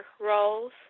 roles